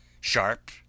SHARP